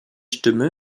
stimme